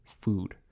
food